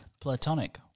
Platonic